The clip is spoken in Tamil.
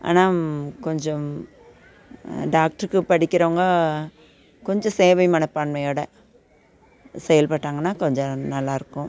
ஆனால் கொஞ்சம் டாக்டருக்கு படிக்கின்றவங்க கொஞ்சம் சேவை மனப்பான்மையோடய செயல்பட்டாங்கன்னா கொஞ்சம் நல்லா இருக்கும்